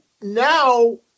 now